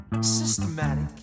systematic